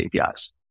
APIs